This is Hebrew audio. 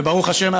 וברוך השם,